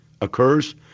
occurs